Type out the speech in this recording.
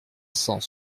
cent